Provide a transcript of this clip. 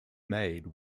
made